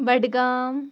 Budgam